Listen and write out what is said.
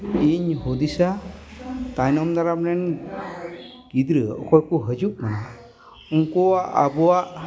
ᱤᱧ ᱦᱩᱫᱤᱥᱟ ᱛᱟᱭᱚᱢ ᱫᱟᱨᱟᱢ ᱨᱮᱱ ᱜᱤᱫᱽᱨᱟᱹ ᱚᱠᱚᱭ ᱠᱚ ᱦᱤᱡᱩᱜ ᱠᱟᱱᱟ ᱩᱱᱠᱩᱣᱟᱜ ᱟᱵᱚᱣᱟᱜ